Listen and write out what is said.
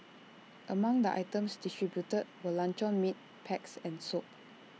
among the items distributed were luncheon meat packs and soap